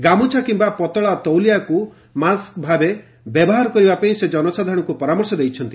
ଗାମୁଛା କିମ୍ବା ପତଳା ତଉଲିଆକୁ ମାସ୍କ ଭାବେ ବ୍ୟବହାର କରିବାପାଇଁ ସେ ଜନସାଧାରଣଙ୍କୁ ପରାମର୍ଶ ଦେଇଛନ୍ତି